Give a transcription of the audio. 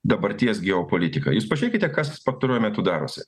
dabarties geopolitiką jūs pažiūrėkite kas pastaruoju metu darosi